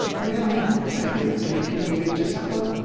may i have the pleasure of taking you in to supper?